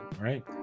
right